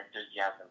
enthusiasm